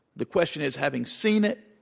the question is, having seen it,